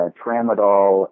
tramadol